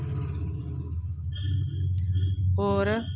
होर